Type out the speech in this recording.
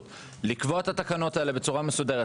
לקבוע את התקנות האלה בצורה מסודרת,